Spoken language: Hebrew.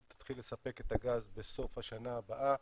היא תתחיל לספק את הגז בסוף השנה הבאה